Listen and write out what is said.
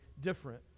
different